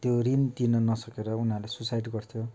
त्यो रिन तिर्न नसकेर उनीहरूले सुसाइड गर्थ्यो